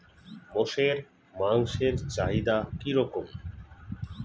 মোষের মাংসের চাহিদা কি রকম?